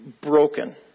broken